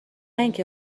اینکه